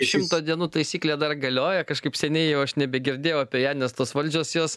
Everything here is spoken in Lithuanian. šimto dienų taisyklė dar galioja kažkaip seniai jau aš nebegirdėjau apie ją nes tos valdžios jos